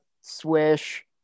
swish